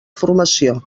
formació